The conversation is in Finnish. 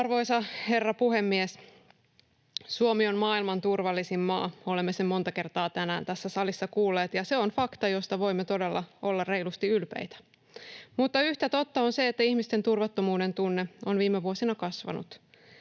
Arvoisa herra puhemies! Suomi on maailman turvallisin maa. Olemme sen monta kertaa tänään tässä salissa kuulleet, ja se on fakta, josta voimme todella olla reilusti ylpeitä, mutta yhtä totta on se, että ihmisten turvattomuuden tunne on viime vuosina kasvanut.